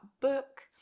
book